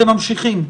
אתם ממשיכים,